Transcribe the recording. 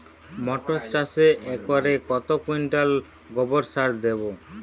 মটর চাষে একরে কত কুইন্টাল গোবরসার দেবো?